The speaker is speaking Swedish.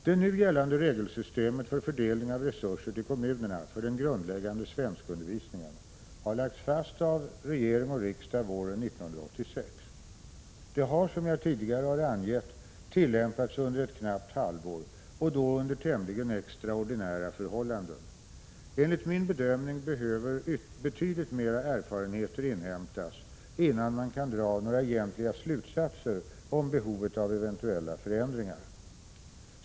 Det nu gällande regelsystemet för fördelning av resurser till kommunerna för den grundläggande svenskundervisningen har lagts fast av regering och riksdag våren 1986. Det har, som jag tidigare har angett, tillämpats under ett knappt halvår och då under tämligen extraordinära förhållanden. Enligt min bedömning behöver betydligt mera erfarenheter inhämtas innan man kan dra några egentliga slutsatser om behovet av eventuella förändringar.